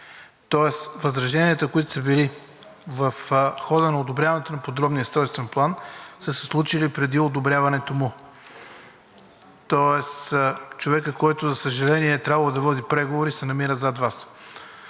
тоест възраженията, които са били в хода на одобряването на подробния устройствен план, са се случили преди одобряването му. Тоест, човекът, който, за съжаление, е трябвало да води преговори, се намира зад Вас.